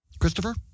Christopher